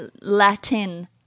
Latin